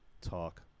talk